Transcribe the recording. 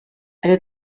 eine